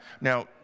now